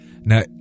Now